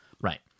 Right